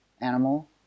animal